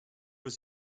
was